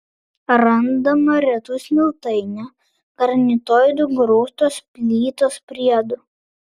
randama retų smiltainio granitoidų grūstos plytos priedų